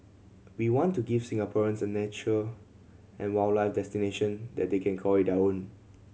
we want to give Singaporeans a nature and wildlife destination that they can call own